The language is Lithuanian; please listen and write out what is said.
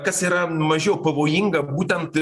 kas yra mažiau pavojinga būtent